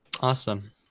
awesome